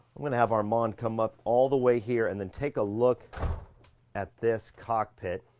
i'm gonna have armand come up all the way here and then take a look at this cockpit.